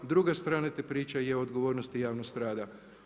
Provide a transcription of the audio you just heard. Druga stran te priče je odgovornost i javnost rada.